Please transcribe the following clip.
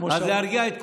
אז להרגיע את כולם,